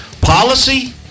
policy